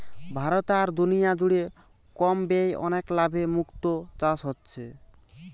ভারতে আর দুনিয়া জুড়ে কম ব্যয়ে অনেক লাভে মুক্তো চাষ হচ্ছে